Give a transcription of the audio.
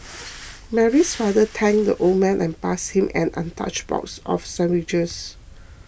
Mary's father thanked the old man and passed him an untouched box of sandwiches